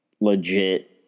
legit